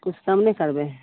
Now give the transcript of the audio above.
किछु कम नहि करबै